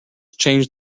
changed